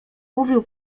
mówił